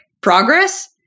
progress